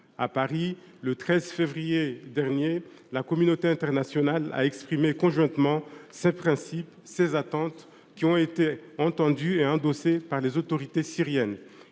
À Paris, le 13 février dernier, la communauté internationale a exprimé conjointement ces principes et ces attentes, qui ont été entendues et endossées par les autorités syriennes.